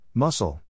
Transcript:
Muscle